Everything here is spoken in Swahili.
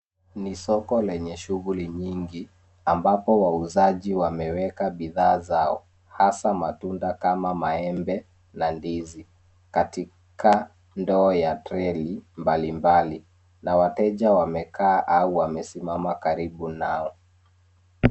Ni soko lenye shughuli nyingi ambapo wauzaji wameweka bidhaa zao hasa matunda kama maembe na ndizi. Katika ndoo ya treli mbalimbali na wateja wamekaa au wamesimama karibu nao.